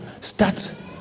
start